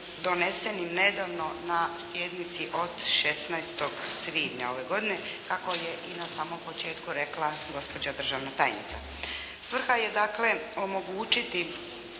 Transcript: donesenim nedavno na sjednici od 16. svibnja ove godine, kako je i na samom početku rekla gospođa državna tajnica. Svrha je dakle omogućiti